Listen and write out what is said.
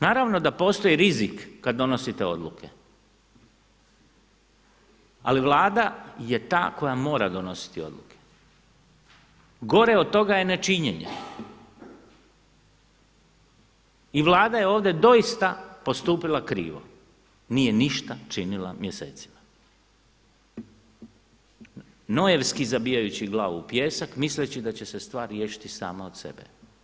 Naravno da postoji rizik kada donosite odluke, ali Vlada je ta koja mora donositi odluke, gore od toga je nečinjenje i Vlada je ovdje doista postupila krivo, nije ništa činila mjesecima, nojevski zabijajući glavu u pijesak misleći da će se stvar riješiti sama od sebe.